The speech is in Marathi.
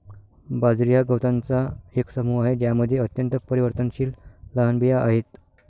बाजरी हा गवतांचा एक समूह आहे ज्यामध्ये अत्यंत परिवर्तनशील लहान बिया आहेत